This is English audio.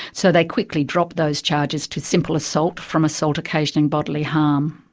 so they quickly dropped those charges to simple assault from assault occasioning bodily harm.